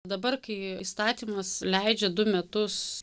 dabar kai įstatymas leidžia du metus